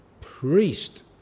priest